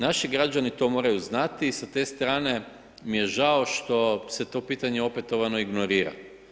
Naši građani to moraju znati i sa te strane mi je žao što se to pitanje opetovano ignorira.